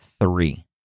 three